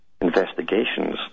investigations